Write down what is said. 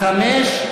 5?